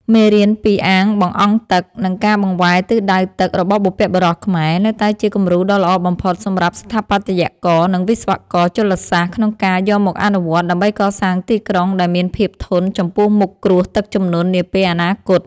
មេរៀនពី អាងបង្អង់ទឹក និងការបង្វែរទិសដៅទឹក របស់បុព្វបុរសខ្មែរ នៅតែជាគំរូដ៏ល្អបំផុតសម្រាប់ស្ថាបត្យករ និងវិស្វករជលសាស្ត្រក្នុងការយកមកអនុវត្ត ដើម្បីកសាងទីក្រុងដែលមានភាពធន់ចំពោះមុខគ្រោះទឹកជំនន់នាពេលអនាគត។